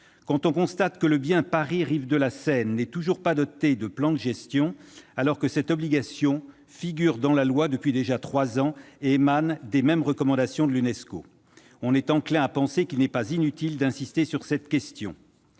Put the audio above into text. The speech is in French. l'on constate que le bien « Paris, rives de la Seine » n'est toujours pas doté d'un plan de gestion, alors que cette obligation figure dans la loi depuis trois ans déjà et émane des mêmes recommandations de l'Unesco, on est enclin à penser qu'il n'est pas inutile d'insister sur cette question.